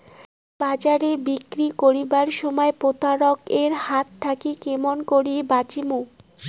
বাজারে বিক্রি করিবার সময় প্রতারক এর হাত থাকি কেমন করি বাঁচিমু?